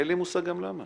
אין לי מושג גם למה.